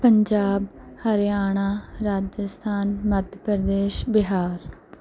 Punjab Haryana Rajasthan Madhya Pradesh Bihar